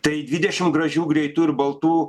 tai dvidešim gražių greitų ir baltų